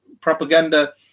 propaganda